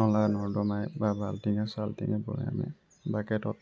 নলা নৰ্দমাই বা বাল্টিঙে চাল্টিঙে বৈয়ামে বাকেটত